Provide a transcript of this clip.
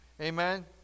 Amen